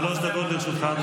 גוש של רעל בעם ישראל.